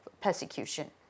persecution